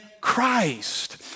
Christ